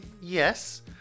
Yes